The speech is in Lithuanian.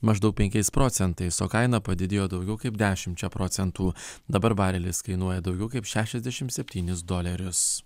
maždaug penkiais procentais o kaina padidėjo daugiau kaip dešimčia procentų dabar barelis kainuoja daugiau kaip šešiasdešimt septynis dolerius